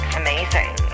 amazing